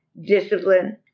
discipline